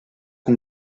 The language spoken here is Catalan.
que